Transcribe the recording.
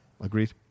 agreed